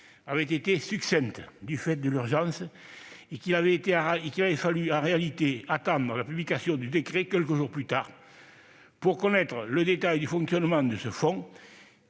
-avait été succincte du fait de l'urgence et qu'il avait fallu attendre la publication du décret d'application, quelques jours plus tard, pour connaître les détails du fonctionnement de ce fonds,